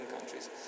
countries